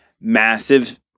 massive